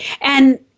and-